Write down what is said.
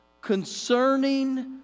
concerning